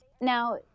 Now